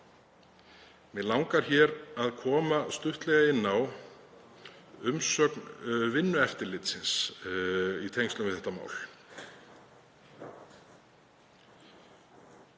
Mig langar að koma stuttlega inn á umsögn Vinnueftirlitsins í tengslum við þetta mál.